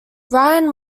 ryan